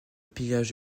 pillage